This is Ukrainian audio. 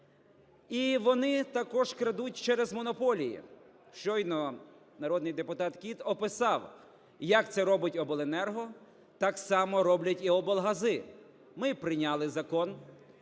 І вони також крадуть через монополії. Щойно народний депутат Кіт описав, як це робить обленерго, так само роблять і облгази. Ми прийняли Закон